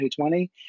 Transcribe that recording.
2020